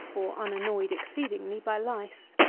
or unannoyed exceedingly by lice.